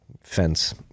fence